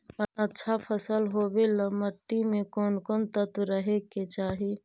अच्छा फसल होबे ल मट्टी में कोन कोन तत्त्व रहे के चाही?